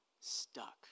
stuck